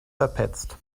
verpetzt